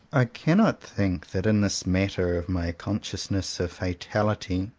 i cannot think that, in this matter of my consciousness of fatality,